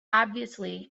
obviously